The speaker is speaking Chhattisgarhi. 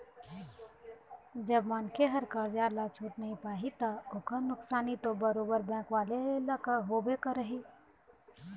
जब मनखे ह करजा ल छूट नइ पाही ता ओखर नुकसानी तो बरोबर बेंक वाले ल होबे करही